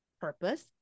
purpose